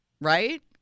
right